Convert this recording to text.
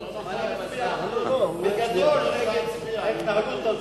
אני מצביע בגדול נגד ההתנהגות הזאת.